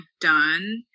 done